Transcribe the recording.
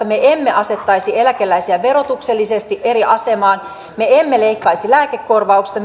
me emme emme asettaisi eläkeläisiä verotuksellisesti eri asemaan me emme leikkaisi lääkekorvauksista